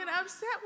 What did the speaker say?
upset